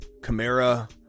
Kamara